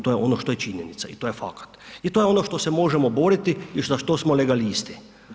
To je ono što je činjenica i to je fakat i to je ono što se možemo boriti i što smo legalisti.